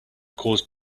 caused